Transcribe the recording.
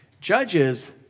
Judges